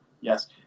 Yes